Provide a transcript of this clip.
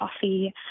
coffee